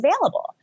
available